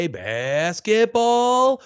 basketball